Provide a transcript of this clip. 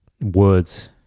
words